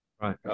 right